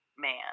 Man